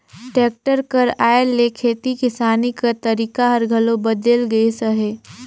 tractor कर आए ले खेती किसानी कर तरीका हर घलो बदेल गइस अहे